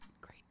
great